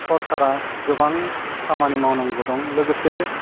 सरकारा गोबां खामानि मावनांगौ दं लोगोसे